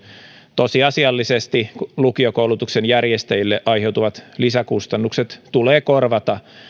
tosiasiallisesti lukiokoulutuksen järjestäjille aiheutuvat lisäkustannukset tulee korvata